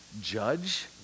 judge